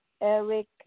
Eric